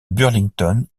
burlington